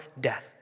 death